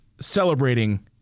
celebrating